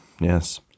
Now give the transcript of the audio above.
yes